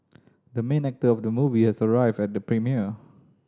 the main actor of the movie has arrived at the premiere